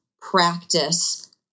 practice